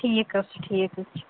ٹھیٖک حظ چھُ ٹھیٖک حظ چھُ